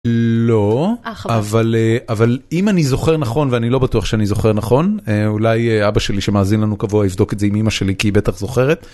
לא, אבל אם אני זוכר נכון ואני לא בטוח שאני זוכר נכון, אולי אבא שלי שמאזין לנו קבוע יבדוק את זה עם אמא שלי כי היא בטח זוכרת,